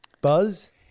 Buzz